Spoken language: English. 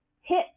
hit